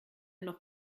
noch